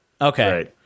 Okay